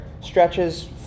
stretches